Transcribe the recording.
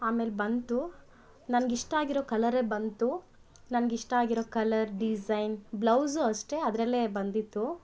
ಆಮೇಲೆ ಬಂತು ನನಗಿಷ್ಟ ಆಗಿರೊ ಕಲರೆ ಬಂತು ನನಗಿಷ್ಟ ಆಗಿರೊ ಕಲರ್ ಡಿಝೈನ್ ಬ್ಲೌಝು ಅಷ್ಟೆ ಅದರಲ್ಲೇ ಬಂದಿತ್ತು